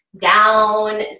down